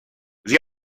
sie